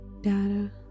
data